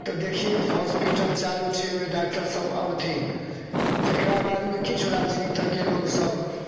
तऽ देखिए जे हॉस्पिटल चालू छै ओहिमे डाक्टरसब अबथिन एकरा बादमे किछु राजनीतिज्ञ लोकसब